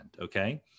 okay